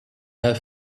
her